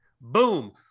Boom